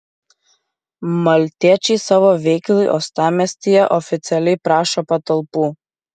maltiečiai savo veiklai uostamiestyje oficialiai prašo patalpų